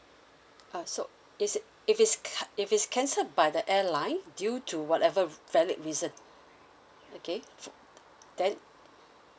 uh so is it if it's ca~ if it's cancelled by the airline due to whatever valid reason okay then